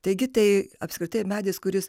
taigi tai apskritai medis kuris